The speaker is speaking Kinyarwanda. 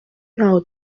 ntaho